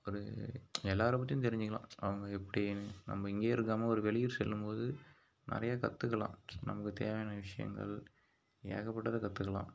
ஒரு எல்லாரை பற்றியும் தெரிஞ்சிக்கலாம் அவங்கள் எப்படி நம்ம இங்கயே இருக்காமல் ஒரு வெளியூர் செல்லும் போது நிறைய கத்துக்கலாம் நமக்கு தேவையான விஷயங்கள் ஏகபட்டதை கத்துக்கலாம்